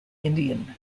indian